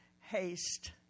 Haste